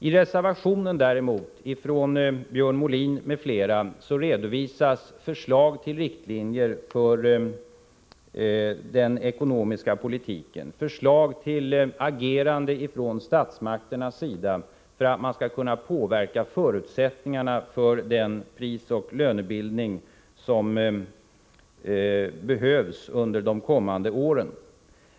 I reservationen från Björn Molin m.fl. redovisas däremot förslag till riktlinjer för den ekonomiska politiken och förslag till agerande från statsmakterna för att förutsättningarna för den prisoch lönebildning som behövs under de kommande åren skall kunna påverkas.